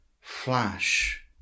flash